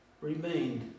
remained